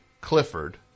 Clifford